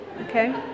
okay